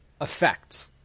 effect